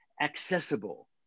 accessible